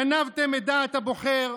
גנבתם את דעת הבוחר,